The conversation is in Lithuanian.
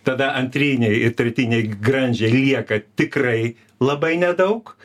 tada antrinei ir tretinei grandžiai lieka tikrai labai nedaug